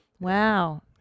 Wow